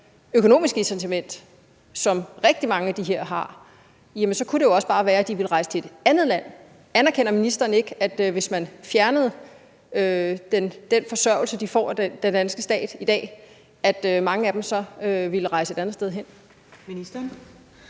økonomiske incitament, som rigtig mange af de her har, at de så ville rejse til et andet land. Anerkender ministeren ikke, at hvis man fjernede den forsørgelse, de får af den danske stat i dag, så ville mange af dem rejse et andet sted hen? Kl.